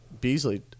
Beasley